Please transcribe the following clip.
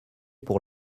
pour